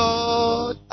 Lord